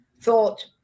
Thought